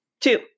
two